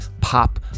pop